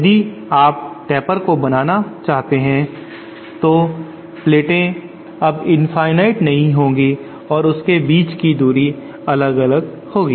यदि आप टेपर को बनाना चाहते हैं तो प्लेटें अब इनफाईनाइट नहीं होगी और उनके बीच की दूरी अलग अलग होगी